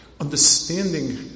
understanding